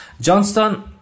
Johnston